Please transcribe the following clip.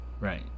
Right